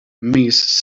miss